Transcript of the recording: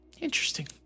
Interesting